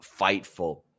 FIGHTFUL